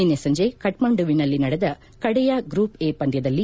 ನಿನ್ನೆ ಸಂಜೆ ಕಠ್ಠಂಡುವಿನಲ್ಲಿ ನಡೆದ ಕಡೆಯ ಗೂಪ್ ಎ ಪಂದ್ಯದಲ್ಲಿ